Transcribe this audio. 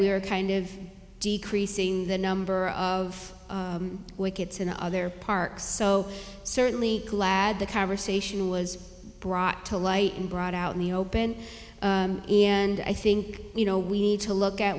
were kind of decreasing the number of wickets in other parks so certainly glad the conversation was brought to light and brought out in the open and i think you know we need to look at